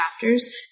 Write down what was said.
chapters